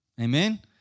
Amen